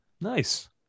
Nice